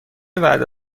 وعده